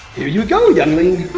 you go youngling!